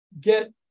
get